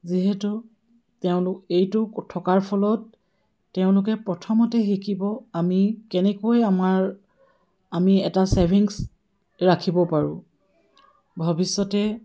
যিহেতু তেওঁলোক এইটো থকাৰ ফলত তেওঁলোকে প্ৰথমতে শিকিব আমি কেনেকৈ আমাৰ আমি এটা ছেভিংছ ৰাখিব পাৰোঁ ভৱিষ্যতে